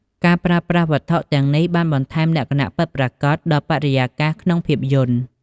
ការប្រើប្រាស់វត្ថុទាំងនេះបានបន្ថែមលក្ខណៈពិតប្រាកដដល់បរិយាកាស ក្នុងភាពយន្ត។